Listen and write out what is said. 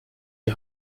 die